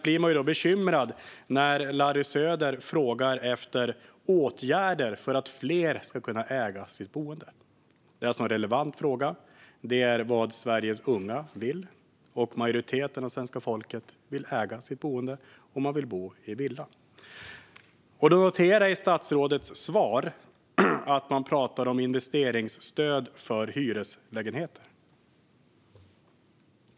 Därför blir jag bekymrad när Larry Söder frågar efter åtgärder för att fler ska kunna äga sitt boende. Det är alltså en relevant fråga. Det är vad Sveriges unga vill. Majoriteten av svenska folket vill äga sitt boende, och man vill bo i villa. Jag noterar att det i statsrådets svar talas om investeringsstöd för hyreslägenheter.